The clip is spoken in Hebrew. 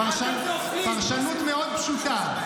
פרשנות מאוד פשוטה.